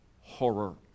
horror